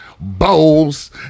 bowls